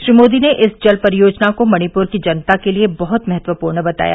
श्री मोदी ने इस जल परियोजना को मणिपुर की जनता के लिए बहुत महत्वपूर्ण बताया